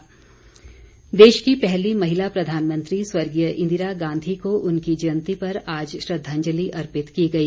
जयंती देश की पहली महिला प्रधानमंत्री स्वर्गीय इंदिरा गांधी को उनकी जयंती पर आज श्रद्धांजलि अर्पित की गई